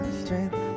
strength